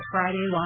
Friday